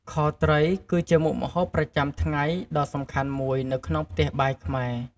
ខត្រីគឺជាមុខម្ហូបប្រចាំថ្ងៃដ៏សំខាន់មួយនៅក្នុងផ្ទះបាយខ្មែរ។